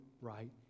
right